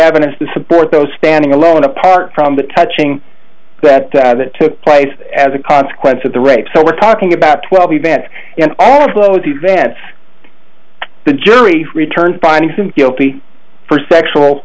evidence to support those standing alone apart from the touching that took place as a consequence of the rape so we're talking about twelve events and all of those events the jury returned finding him guilty for sexual